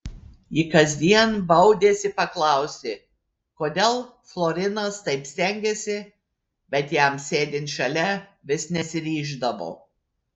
ji kasdien baudėsi paklausti kodėl florinas taip stengiasi bet jam sėdint šalia vis nesiryždavo